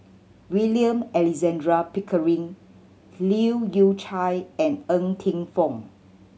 William Alexander Pickering Leu Yew Chye and Ng Teng Fong